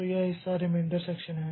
तो यह हिस्सा रिमेंडर सेक्षन है